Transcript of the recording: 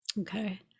Okay